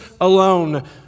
alone